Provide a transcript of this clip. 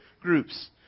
groups